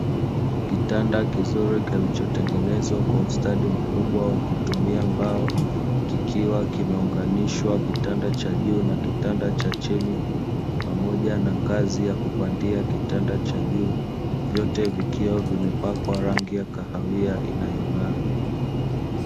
Kitanda kizuri kilichotengenezwa kwa ustadi mkubwa kwa kutumia mbao; kikiwa kimeunganishwa kitanda cha juu na kitanda cha chini pamoja na ngazi ya kupandia kitanda cha juu vyote vikiwa vimepakwa rangi ya kahawia iliyong'aa.